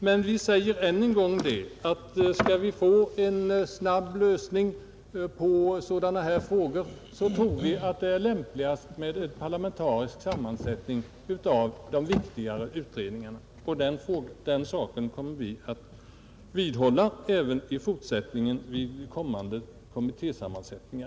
Men vi säger än en gång att skall vi få en snabb lösning på sådana här frågor, tror vi att det är lämpligast med en parlamentarisk sammansättning av de viktigare utredningarna. Den uppfattningen kommer vi att vidhålla även i fortsättningen i fråga om kommande kommittésammansättningar.